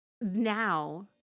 now